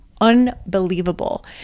unbelievable